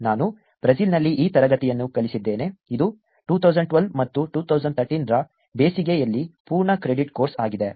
ನಾನು ಬ್ರೆಜಿಲ್ನಲ್ಲಿ ಈ ತರಗತಿಯನ್ನು ಕಲಿಸಿದ್ದೇನೆ ಇದು 2012 ಮತ್ತು 2013 ರ ಬೇಸಿಗೆಯಲ್ಲಿ ಪೂರ್ಣ ಕ್ರೆಡಿಟ್ ಕೋರ್ಸ್ ಆಗಿದೆ